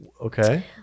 Okay